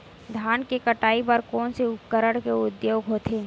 धान के कटाई बर कोन से उपकरण के उपयोग होथे?